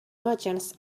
merchants